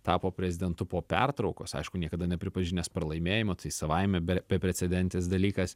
tapo prezidentu po pertraukos aišku niekada nepripažinęs pralaimėjimo tai savaime be beprecedentis dalykas